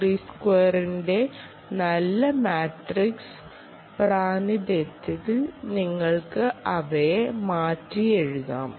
ന്റെ നല്ല മാട്രിക്സ് പ്രാതിനിധ്യത്തിൽ നിങ്ങൾക്ക് അവയെ മാറ്റി എഴുതാം